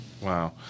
Wow